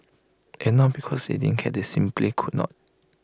and not because they didn't care they simply could not